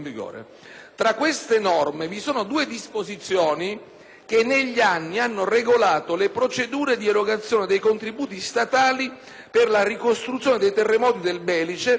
che, negli anni, hanno regolato le procedure di erogazione dei contributi statali per la ricostruzione dei territori del Belice danneggiati dal sisma del gennaio 1968: